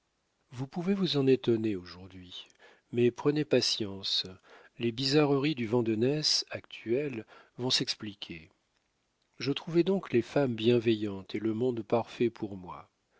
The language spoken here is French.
vous pouvez vous en étonner aujourd'hui mais prenez patience les bizarreries du vandenesse actuel vont s'expliquer je trouvais donc les femmes bienveillantes et le monde parfait pour moi